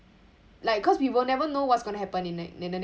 like cause we will never know what's going to happen in n~ n~ n~